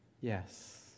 yes